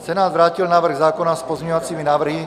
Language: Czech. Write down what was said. Senát vrátil návrh zákona s pozměňovacími návrhy.